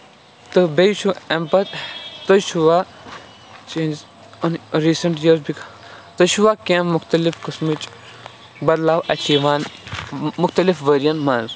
تہٕ بیٚیہِ چھُ اَمہِ پَتہٕ تُہۍ چھِو ہا چٲنِس رِسینٹلی یۄس تُہۍ چھِو ہا کیٚنٛہہ مُختٔلِف قٔسمٕچ بدلو اَتھِ یِوان مُختٔلِف ؤرۍ ین منٛز